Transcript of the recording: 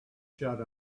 shut